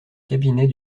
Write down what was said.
cabinet